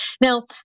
Now